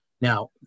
Now